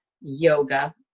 yoga